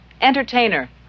entertainer